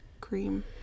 cream